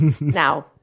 Now